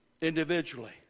Individually